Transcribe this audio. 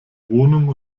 wohnung